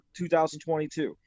2022